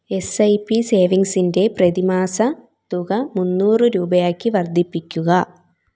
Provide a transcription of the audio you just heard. S I P സേവിങ്സിൻ്റെ പ്രതിമാസ തുക മുന്നൂറു രൂപയാക്കി വർദ്ധിപ്പിക്കുക